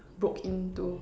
broke into